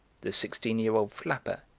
the sixteen-year-old flapper,